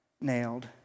nailed